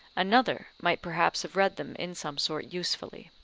another might perhaps have read them in some sort usefully.